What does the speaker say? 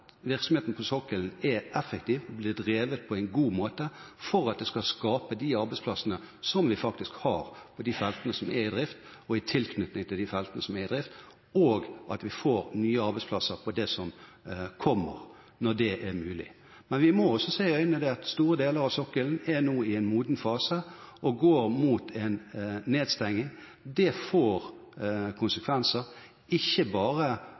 virksomheten på sokkelen er effektiv og blir drevet på en god måte for at den skal skape de arbeidsplassene som vi faktisk har på de feltene som er i drift, og i tilknytning til de feltene som er i drift, og at vi får nye arbeidsplasser på det som kommer, når det er mulig. Men vi må også se i øynene at store deler av sokkelen nå er i en moden fase og går mot en nedstengning. Det får konsekvenser, ikke bare